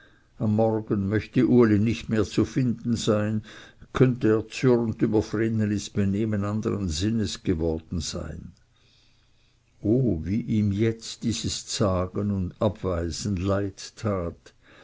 am morgen möchte uli nicht mehr zu finden sein könnte erzürnt über vrenelis benehmen anderes sinnes geworden sein oh wie ihm jetzt dieses zagen und abweisen leid tat